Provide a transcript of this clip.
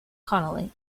connolly